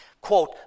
Quote